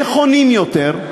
נכונים יותר,